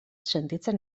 sentitzen